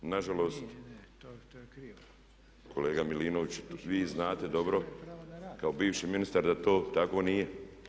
Nažalost kolega Milinović vi znate dobro, kao bivši ministar da to tako nije.